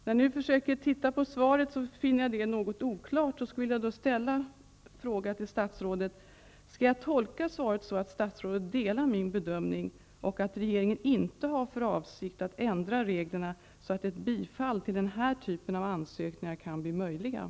Jag finner svaret något oklart och skulle därför vilja ställa frågan till statsrådet: Skall jag tolka svaret så att statsrådet delar min uppfattning och att regeringen inte har för avsikt att ändra reglerna så att bifall till den här typen av ansökningar kan bli möjligt?